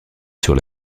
sur